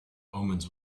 omens